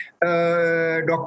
doctor